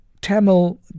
Tamil